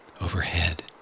overhead